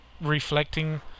reflecting